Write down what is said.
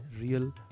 real